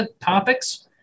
topics